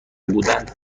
بودند